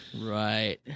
Right